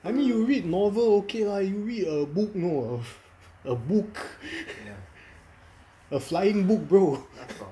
I mean you read novel okay lah you read a book know a book a flying book bro